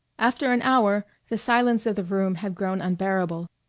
after an hour the silence of the room had grown unbearable,